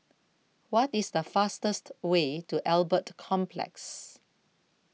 what is the fastest way to Albert Complex